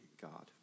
God